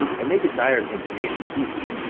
and they desired him to make peace,